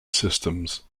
systems